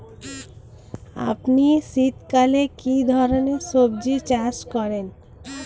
আপনি শীতকালে কী ধরনের সবজী চাষ করেন?